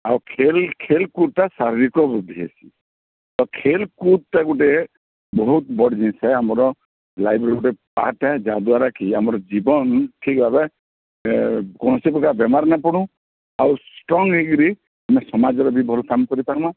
ଆଉ ଖେଲ୍ ଖେଲ୍କୁଦ୍ଟା ଶାରୀରିକ ବୃଦ୍ଧି ହେସି ତ ଖେଲ୍କୁଦ୍ଟା ଗୋଟେ ବହୁତ ବଡ଼୍ ଜିନିଷ୍ ହେ ଆମର୍ ଲାଇଫ୍ରେ ଗୋଟେ ପାର୍ଟ ହେ ଯାହାଦ୍ୱାରାକି ଆମର୍ ଜୀବନ୍ ଠିକ୍ ଭାବେ ଏ କୌଣସି ପ୍ରକାର୍ ବେମାର୍ ନାଇଁ ପଡ଼ୁ ଆଉ ଷ୍ଟ୍ରଙ୍ଗ୍ ହେଇକରି ଆମେ ସମାଜରେ ବି ଭଲ୍ କାମ କରି ପାରମା